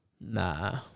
Nah